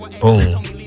Boom